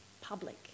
public